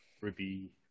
Ruby